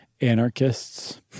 anarchists